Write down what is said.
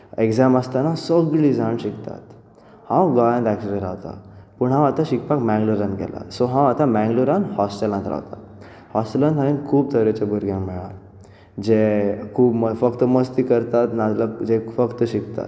exam आसतना सगळीं जाणां शिकतात हांव गोंयांत एक्चुली रावता पूण हांव आतां शिकपाक मँगलोरांत गेलां सो हांव मँगलोरांत हॉस्टेलांत रावता हॉस्टेलांत हांव खूब तरेच्या भुरग्यांक मेळ्ळा जे फकत मस्ती करतात ना जाल्यार जे फकत शिकतात